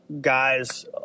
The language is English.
guys